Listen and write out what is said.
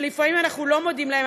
שלפעמים אנחנו לא מודים להם,